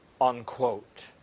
unquote